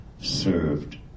served